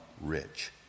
rich